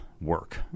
work